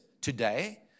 today